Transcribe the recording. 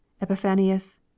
epiphanius